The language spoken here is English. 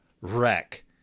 wreck